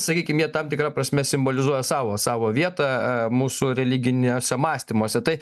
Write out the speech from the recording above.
sakykim jie tam tikra prasme simbolizuoja savo savo vietą mūsų religiniuose mąstymuose tai